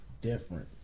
different